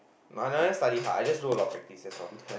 but I never study hard I just do a lot practices